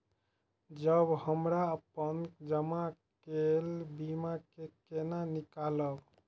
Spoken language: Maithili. जब हमरा अपन जमा केल बीमा के केना निकालब?